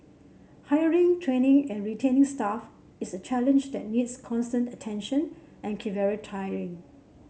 hiring training and retaining staff is a challenge that needs constant attention and can very